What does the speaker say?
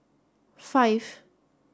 five